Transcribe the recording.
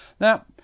Now